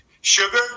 Sugar